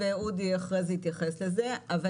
את מציגה נתונים, עשר.